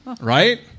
right